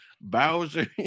Bowser